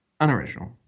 Unoriginal